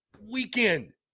weekend